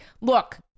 look